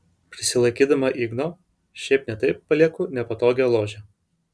prisilaikydama igno šiaip ne taip palieku nepatogią ložę